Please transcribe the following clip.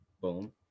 boom